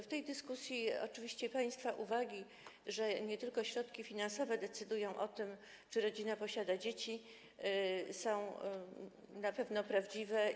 W tej dyskusji państwa uwagi, że nie tylko środki finansowe decydują o tym, czy rodzina posiada dzieci, są na pewno prawdziwe.